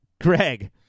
Greg